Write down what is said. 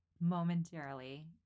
momentarily